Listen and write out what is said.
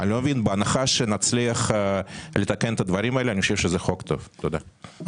בהנחה ונצליח לתקן את הדברים האלה אני